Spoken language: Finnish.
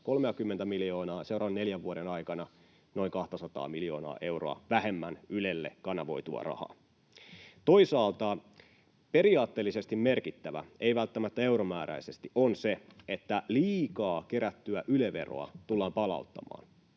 130 miljoonaa ja seuraavan neljän vuoden aikana noin 200 miljoonaa euroa vähemmän Ylelle kanavoitua rahaa. Toisaalta periaatteellisesti merkittävä — ei välttämättä euromääräisesti — on se, että liikaa kerättyä Yle-veroa tullaan palauttamaan.